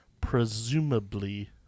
Presumably